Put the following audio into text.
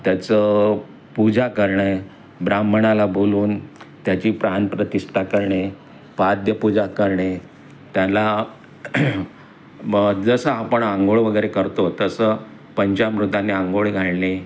त्याचं पूजा करणे ब्राह्मणाला बोलावून त्याची प्राण प्रतिष्ठा करणे पाद्यपूजा करणे त्याला जसं आपण आंघोळ वगैरे करतो तसं पंचामृताने आंघोळ घालणे